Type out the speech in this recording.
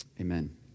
amen